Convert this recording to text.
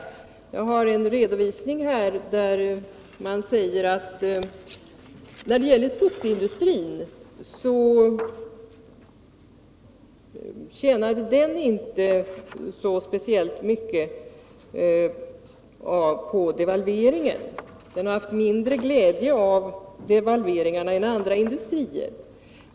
Enligt den 85 redovisning som jag har framgår det att skogsindustrin inte tjänade så speciellt mycket på devalveringarna. Skogsindustrin har haft mindre glädje av devalveringarna än andra industrier.